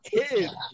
kids